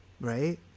right